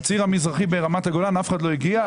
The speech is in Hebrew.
לציר המזרחי ברמת הגולן אף אחד לא הגיע.